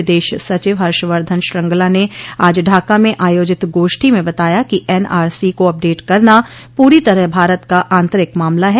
विदेश सचिव हर्षवर्धन श्रृंगला ने आज ढाका में आयोजित गोष्ठी में बताया कि एनआरसी को अपडेट करना पूरी तरह भारत का आंतरिक मामला है